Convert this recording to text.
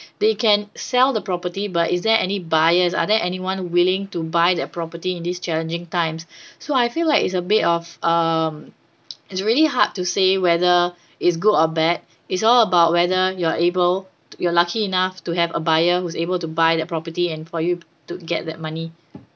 they can sell the property but is there any buyers are there anyone willing to buy that property in these challenging times so I feel like it's a bit of um it's really hard to say whether it's good or bad it's all about whether you're able you're lucky enough to have a buyer who's able to buy that property and for you to get that money